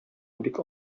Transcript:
бик